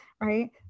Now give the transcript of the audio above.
right